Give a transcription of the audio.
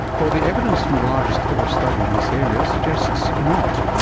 well, the evidence for the largest ever study in this area suggests not.